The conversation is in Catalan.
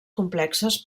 complexes